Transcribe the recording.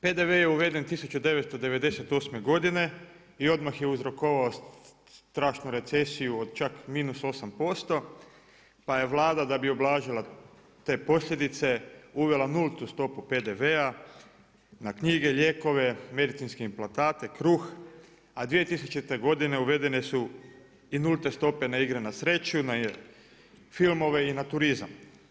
PDV je uveden 1998. godine i odmah je uzrokovao strašnu recesiju od čak minus 8% pa je Vlada da bi ublažila te posljedice uvela nultu stopu PDV-a na knjige, lijekove, medicinske implantate, kruh, a 2000. godine uvedene su i nulte stope na igre na sreću, filmove i na turizam.